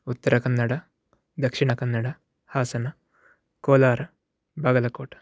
उत्तरकन्नडः दक्षिणकन्नडः हासन कोलार् बगलकोट्